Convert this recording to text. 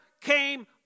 came